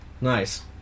Nice